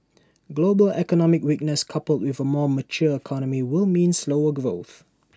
global economic weakness coupled with A more mature economy will mean slower growth